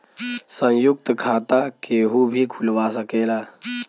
संयुक्त खाता केहू भी खुलवा सकेला